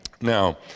Now